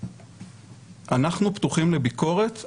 פתוחים לביקורת,